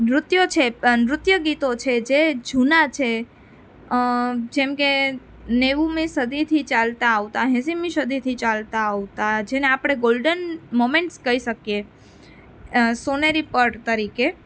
નૃત્યો છે નૃત્ય ગીતો છે જે જુના છે જેમકે નેવુંમી સદીથી ચાલતા આવતા એંશીમી સદીથી ચાલતા આવતા જેને આપણે ગોલ્ડન મોમેન્ટ્સ કહી શકીએ સોનેરી પળ તરીકે